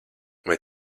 vai